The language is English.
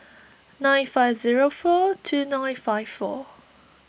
nine five zero four two nine five four